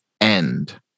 end